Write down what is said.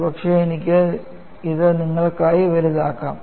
ഒരുപക്ഷേ എനിക്ക് ഇത് നിങ്ങൾക്കായി വലുതാക്കാം